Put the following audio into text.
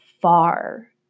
far